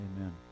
Amen